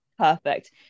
perfect